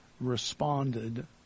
responded